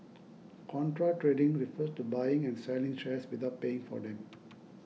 contra trading refers to buying and selling shares without paying for them